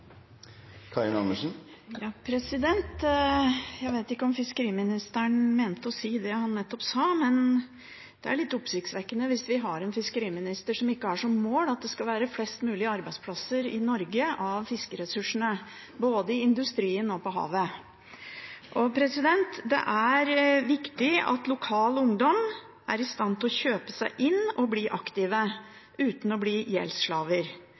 litt oppsiktsvekkende hvis vi har en fiskeriminister som ikke har som mål at det skal være flest mulig arbeidsplasser i Norge av fiskeressursene – både i industrien og på havet. Det er viktig at lokal ungdom er i stand til å kjøpe seg inn og bli aktive uten å bli gjeldsslaver.